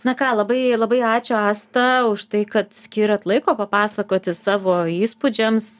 na ką labai labai ačiū asta už tai kad skyrėt laiko papasakoti savo įspūdžiams